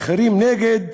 אחרים נגד.